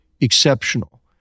exceptional